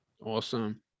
awesome